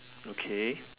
okay